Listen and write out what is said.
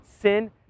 sin